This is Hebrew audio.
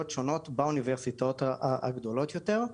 שונות באוניברסיטאות הגדולות יותר.